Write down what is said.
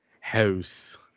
house